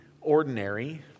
ordinary